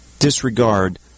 disregard